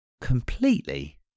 completely